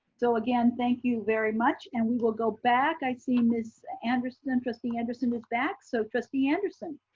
so again, thank you very much. and we will go back. i see ms. anderson, and trustee anderson is back. so trustee anderson.